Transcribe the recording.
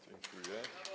Dziękuję.